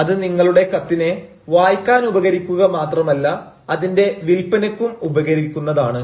അത് നിങ്ങളുടെ കത്തിനെ വായിക്കാനുപകരിക്കുക മാത്രമല്ല അതിന്റെ വില്പനയ്ക്കും ഉപകരിക്കുന്നതാണ്